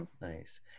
Nice